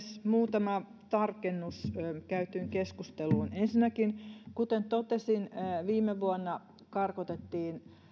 muutama tarkennus käytyyn keskusteluun ensinnäkin kuten totesin viime vuonna karkotettiin